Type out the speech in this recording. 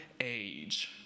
age